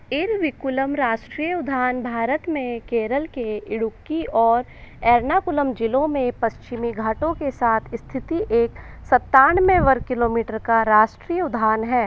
इरविकुलम राष्ट्रीय उद्यान भारत में केरल के इडुक्की और एर्नाकुलम ज़िलों में पश्चिमी घाटों के साथ स्थित एक सतानवे वर्ग किलोमीटर का राष्ट्रीय उद्यान है